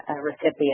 Recipient